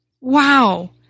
Wow